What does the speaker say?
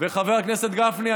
וחבר הכנסת גפני,